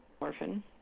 orphan